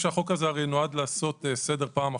החוק הזה נועד לעשות סדר פעם אחת.